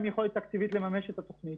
תקציבית לממש את התכנית,